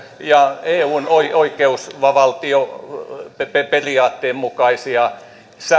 ja eun oikeusvaltioperiaatteen mukaisia